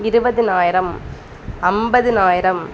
இருபதுனாயரம் ஐம்பதுனாயரம்